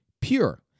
Pure